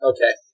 Okay